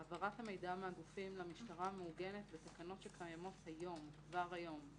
העברת המידע מהגופים למשטרה מעוגנת בתקנות שקיימות כבר היום.